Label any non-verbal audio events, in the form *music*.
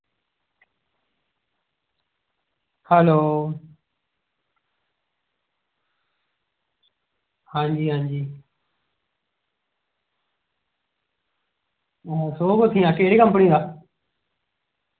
hello हां जी हां जी *unintelligible* केह्ड़ी कंपनी दा